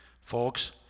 Folks